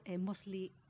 mostly